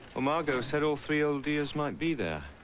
oh margot said all three old dears might be there.